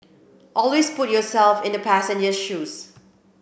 always put yourself in the passenger shoes